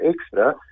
extra